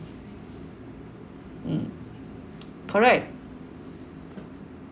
mm correct